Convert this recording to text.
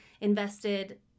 invested